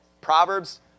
Proverbs